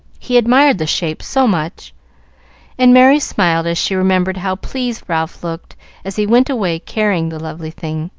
he admired the shape so much and merry smiled as she remembered how pleased ralph looked as he went away carrying the lovely thing.